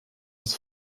des